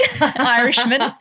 Irishman